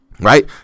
Right